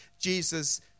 Jesus